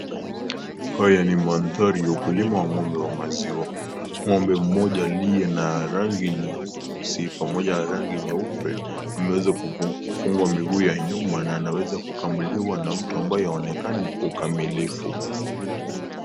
Haya na mandhari ya ukulima wa ng'ombe wa maziwa. Ng'ombe mmoja aliye na rangi nyeusi pamoja na rangi nyeupe. Ameweza kufungwa miguu ya nyuma na anaweza kukamiliwa na mtu ambaye haonekani kwa ukamilifu.